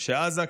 שעזה,